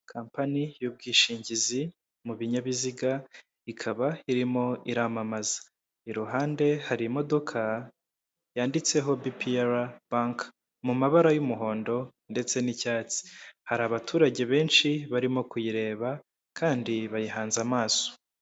kampani y'ubwishingizi mu binyabiziga, ikaba irimo iramamaza. Iruhande hari imodoka yanditseho bpr banki mu mabara y'umuhondo ndetse n'icyatsi. Hari abaturage benshi barimo kuyireba kandi bayihanze amaso.